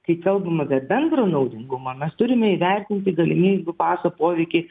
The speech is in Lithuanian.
kai kalbam apie bendrą naudingumą mes turime įvertinti galimybių paso poveikį